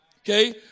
Okay